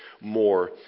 more